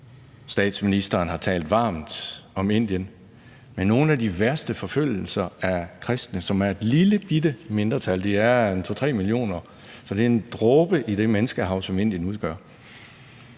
statsministeren har talt varmt om Indien. Men nogle af de værste forfølgelser sker i forhold til kristne, som er et lillebitte mindretal på 2-3 millioner, altså en dråbe i det menneskehav, som Indien udgør.